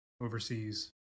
overseas